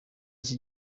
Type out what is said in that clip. iki